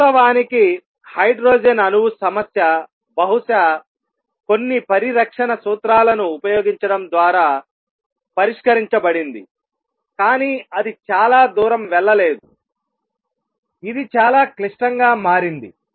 వాస్తవానికి హైడ్రోజన్ అణువు సమస్య బహుశా కొన్ని పరిరక్షణ సూత్రాలను ఉపయోగించడం ద్వారా పరిష్కరించబడింది కానీ అది చాలా దూరం వెళ్ళలేదు ఇది చాలా క్లిష్టంగా మారింది